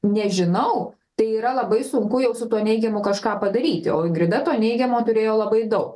nežinau tai yra labai sunku jau su tuo neigiamu kažką padaryti o ingrida to neigiamo turėjo labai daug